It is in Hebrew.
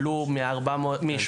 הוא רוצה להיות פלורליסטי מבחינה דתית,